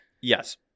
Yes